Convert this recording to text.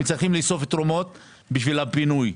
הם צריכים לאסוף תרומות בשביל הבינוי.